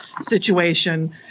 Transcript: situation